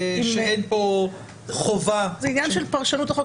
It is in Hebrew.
שאין פה חובה --- זה עניין של פרשנות לחוק.